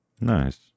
Nice